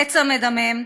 פצע מדמם,